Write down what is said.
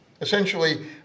essentially